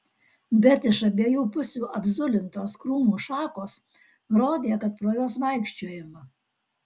bet iš abiejų pusių apzulintos krūmų šakos rodė kad pro juos vaikščiojama